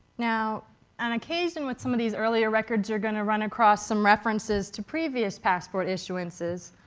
now on occasion with some of these earlier records you're going to run across some references to previous passport issuances.